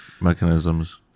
mechanisms